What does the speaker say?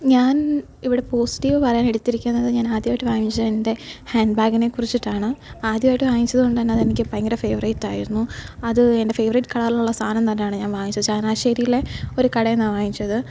ഞാൻ ഇവിടെ പോസിറ്റീവ് പറയാൻ എടുത്തിരിക്കുന്നത് ഞാൻ ആദ്യമായിട്ട് വാങ്ങിച്ച എൻ്റെ ഹാൻ്റ്ബാഗിനെ കുറിച്ചിട്ടാണ് ആദ്യമായിട്ട് വാങ്ങിച്ചതുകൊണ്ടുതന്നെ അത് എനിക്ക് ഭയങ്കര ഫേവറേറ്റ് ആയിരുന്നു അത് എൻ്റെ ഫേവറേറ്റ് കളറിൽ ഉള്ള സാധനം തന്നെയാണ് ഞാൻ വാങ്ങിച്ചത് ചങ്ങനാശ്ശേരിയിലെ ഒരു കടയിൽ നിന്നാണ് വാങ്ങിച്ചത്